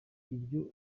ibyo